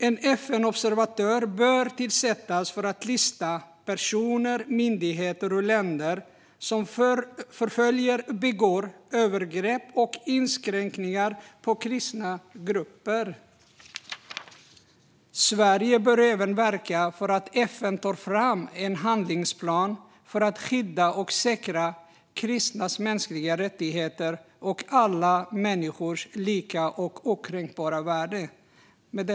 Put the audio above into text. En FN-observatör bör tillsättas för att lista personer, myndigheter och länder som förföljer och begår övergrepp och kränkningar mot kristna grupper. Sverige bör verka för att FN ska ta fram en handlingsplan för att skydda och säkra kristnas mänskliga rättigheter och alla människors lika och okränkbara värde.